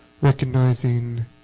recognizing